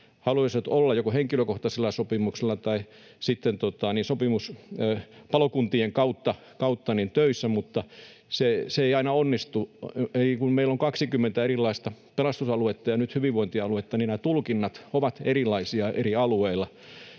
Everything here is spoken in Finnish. haluaisivat olla joko henkilökohtaisella sopimuksella tai sitten sopimuspalokuntien kautta töissä, mutta se ei aina onnistu. Kun meillä on 20 erilaista pelastusaluetta ja nyt hyvinvointialuetta, niin nämä tulkinnat ovat erilaisia eri alueilla.